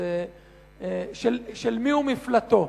של מי הוא מפלטו,